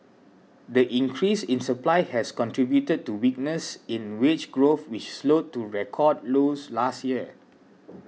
the increase in supply has contributed to weakness in wage growth which slowed to record lows last year